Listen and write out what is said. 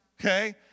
okay